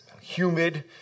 humid